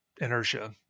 inertia